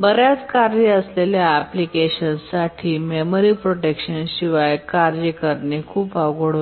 बर्याच कार्ये असलेल्या एप्लीकेशनसांसाठी मेमरी प्रोटेक्शन शिवाय कार्य करणे खूप अवघड होते